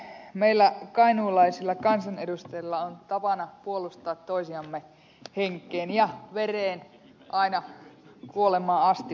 meillä kainuulaisilla kansanedustajilla on tapana puolustaa toisiamme henkeen ja vereen aina kuolemaan asti vaikka